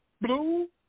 blue